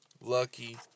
lucky